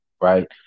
right